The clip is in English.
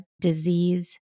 disease